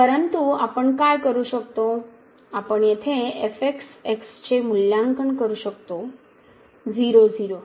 परंतु आपण काय करू शकतो आपण येथे चे मूल्यांकन करू शकतो 0 0